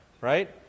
right